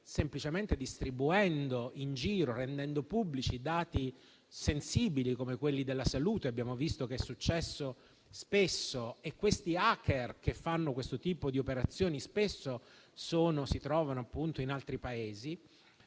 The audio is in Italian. semplicemente rendendo pubblici i dati sensibili, come quelli sulla salute: abbiamo visto che è successo spesso e gli *hacker* che fanno questo tipo di operazioni spesso si trovano in altri Paesi.